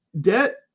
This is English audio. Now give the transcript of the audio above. debt